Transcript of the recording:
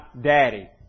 Daddy